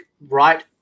right